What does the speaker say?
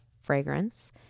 fragrance